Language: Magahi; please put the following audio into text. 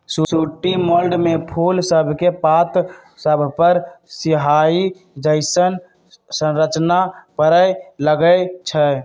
सूटी मोल्ड में फूल सभके पात सभपर सियाहि जइसन्न संरचना परै लगैए छइ